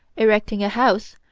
erecting a house,